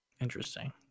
Interesting